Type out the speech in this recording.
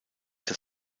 das